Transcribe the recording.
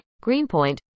Greenpoint